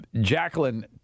Jacqueline